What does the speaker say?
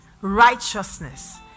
righteousness